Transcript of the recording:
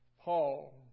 Paul